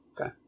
Okay